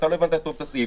לא הבנת טוב את הסעיף,